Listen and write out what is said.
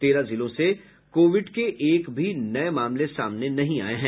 तेरह जिलों से कोविड के एक भी नये मामले सामने नहीं आये हैं